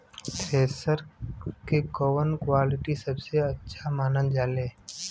Thresher के कवन quality सबसे अच्छा मानल जाले?